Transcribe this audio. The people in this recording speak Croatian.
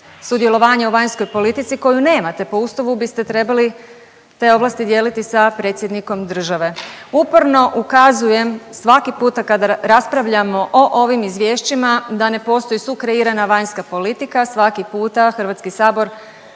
sudjelovanja u vanjskoj politici koju nemate, po Ustavu biste trebali te ovlasti dijeliti sa predsjednikom države. Uporno ukazujem svaki puta kada raspravljamo o ovim izvješćima da ne postoji sukreirana vanjska politika, svaki puta HS na